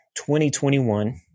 2021